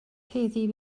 heddiw